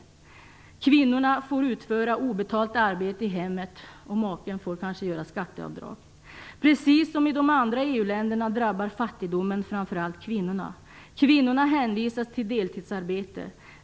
Kvinnorna får utföra obetalt arbete i hemmet, och maken får kanske göra skatteavdrag. Precis som i de andra EU-länderna drabbar fattigdomen framför allt kvinnorna. De hänvisas till deltidsarbete.